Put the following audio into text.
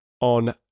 on